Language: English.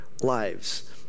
lives